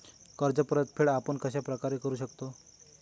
कर्ज परतफेड आपण कश्या प्रकारे करु शकतो?